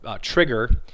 Trigger